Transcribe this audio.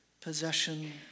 possession